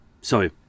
Sorry